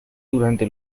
durante